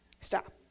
Stop